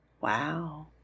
Wow